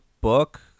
book